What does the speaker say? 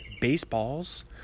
Baseballs